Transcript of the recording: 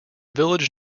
village